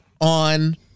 on